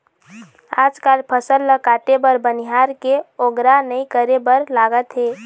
आजकाल फसल ल काटे बर बनिहार के अगोरा नइ करे बर लागत हे